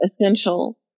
essential